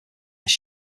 this